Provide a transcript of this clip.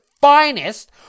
finest